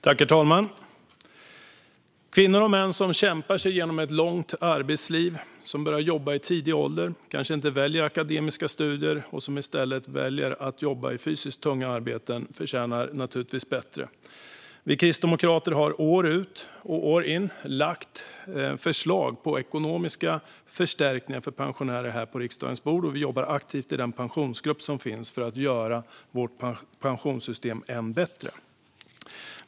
Herr talman! Kvinnor och män som kämpar sig genom ett långt arbetsliv, som börjar jobba i tidig ålder och som kanske inte väljer akademiska studier utan i stället väljer att jobba i fysiskt tunga arbeten förtjänar naturligtvis bättre. Vi kristdemokrater har år ut och år in lagt fram förslag om ekonomiska förstärkningar för pensionärer här på riksdagens bord, och vi jobbar aktivt i den pensionsgrupp som finns för att göra vårt pensionssystem än bättre.